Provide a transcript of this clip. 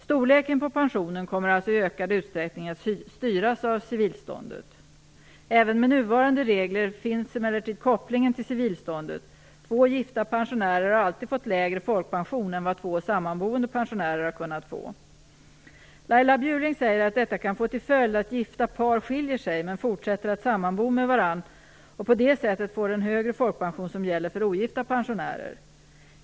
Storleken på pensionen kommer alltså i ökad utsträckning att styras av civilståndet. Även med nuvarande regler finns emellertid kopplingen till civilståndet. Två gifta pensionärer har alltid fått lägre folkpension än vad två sammanboende pensionärer har kunnat få. Laila Bjurling säger att detta kan få till följd att gifta par skiljer sig, men fortsätter att sammanbo med varandra, och på det sättet får de den högre folkpension som gäller för ogifta pensionärer.